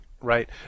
right